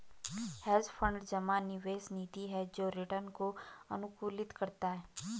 hedge fund जमा निवेश निधि है जो रिटर्न को अनुकूलित करता है